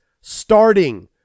starting